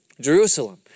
Jerusalem